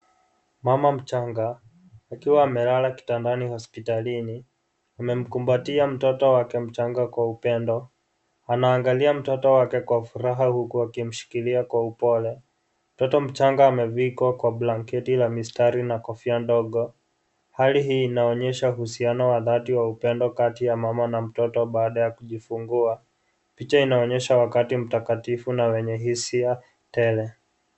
Mama mchanga, akiwa amelala kitandani hospitalini, amemkumbatia mtoto wake mchanga kwa upendo, anaangalia mtoto wake kwa furaha huku akimshikilia kwa upole. Mtoto mchanga amevika kwa blanketi la mistari na kofia ndogo. Hali hii inaonyesha uhusiano wa dhati wa upendo kati ya mama na mtoto baada ya kujifungua. Picha inaonyesha wakati mtakatifu na wenye hisia tele.